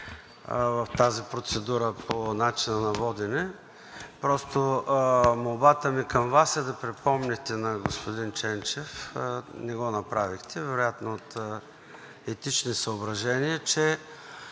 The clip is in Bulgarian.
в тази процедура по начина на водене. Просто молбата ми към Вас е да припомните на господин Ченчев, не го направихте, вероятно от етични съображения, че